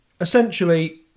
essentially